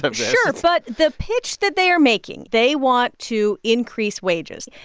um sure. but the pitch that they are making they want to increase wages.